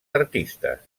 artistes